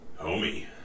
Homie